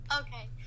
Okay